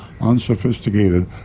unsophisticated